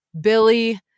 Billy